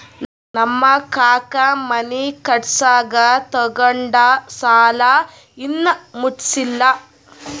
ನಮ್ ಕಾಕಾ ಮನಿ ಕಟ್ಸಾಗ್ ತೊಗೊಂಡ್ ಸಾಲಾ ಇನ್ನಾ ಮುಟ್ಸಿಲ್ಲ